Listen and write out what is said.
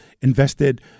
invested